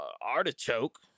artichoke